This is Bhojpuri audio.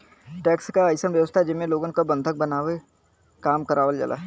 टैक्स क अइसन व्यवस्था जेमे लोगन क बंधक बनाके काम करावल जाला